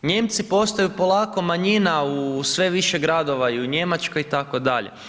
Nijemci postaju polako manjina u sve više gradova i u Njemačkoj itd…